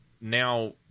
now